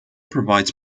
provides